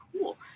cool